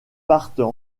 partent